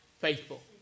faithful